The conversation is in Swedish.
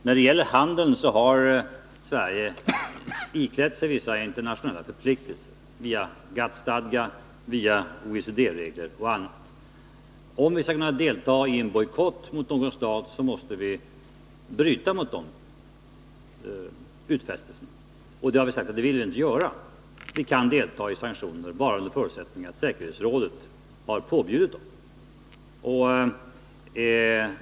När det gäller handeln har Sverige iklätt sig vissa internationella förpliktelser bl.a. via GATT-stadgan och OECD-regler. Om vi skall kunna delta i en bojkott mot någon stat måste vi bryta mot de utfästelserna. Och vi har sagt att det vill vi inte göra. Vi kan delta i sanktioner bara under förutsättning att säkerhetsrådet har påbjudit dem.